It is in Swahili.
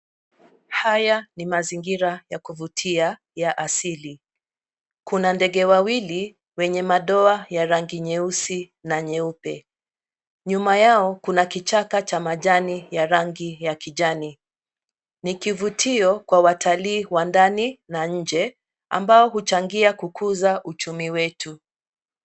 Haya ni mazingira ya kuvutia ya asili, kuna ndege wawili wenye madoa ya rangi nyeusi na nyeupe. Nyuma yao kuna kichaka cha majani ya rangi ya kijani , ni kivutio kwa watalii wa ndani na nje , ambao huchangia kukuza uchumi wetu.